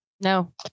no